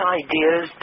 ideas